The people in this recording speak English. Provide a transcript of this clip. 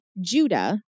Judah